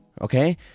okay